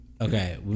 Okay